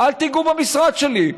אל תיגעו במשרד שלי.